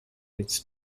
its